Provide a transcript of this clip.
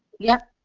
yep.